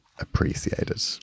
appreciated